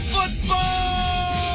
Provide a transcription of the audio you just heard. Football